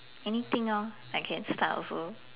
anything lor I can start also